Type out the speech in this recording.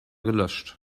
gelöscht